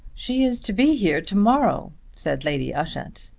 she is to be here to-morrow, said lady ushant.